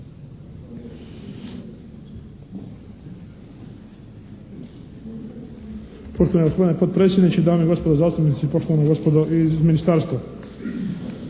Poštovani gospodine potpredsjedniče, dame i gospodo zastupnici, poštovana gospodo iz ministarstva.